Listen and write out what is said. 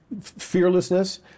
fearlessness